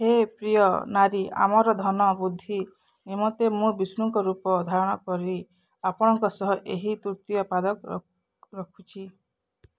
ହେ ପ୍ରିୟ ନାରୀ ଆମର ଧନ ବୃଦ୍ଧି ନିମନ୍ତେ ମୁଁ ବିଷ୍ଣୁଙ୍କ ରୂପ ଧାରଣ କରି ଆପଣଙ୍କ ସହ ଏହି ତୃତୀୟ ପାଦ ରଖୁଛି